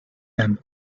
him